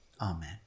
Amen